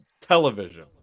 television